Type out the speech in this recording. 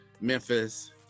Memphis